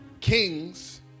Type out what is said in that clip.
Kings